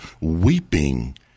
weeping